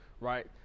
right